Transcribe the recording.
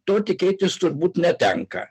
to tikėtis turbūt netenka